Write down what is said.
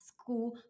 school